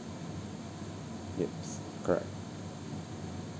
yep correct